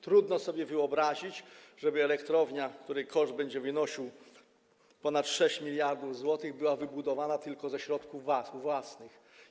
Trudno sobie wyobrazić, żeby elektrownia, której koszt będzie wynosił ponad 6 mld zł, była wybudowana tylko ze środków własnych.